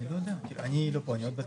בסוף כן, אבל הוא לא מקבל את ההחלטות.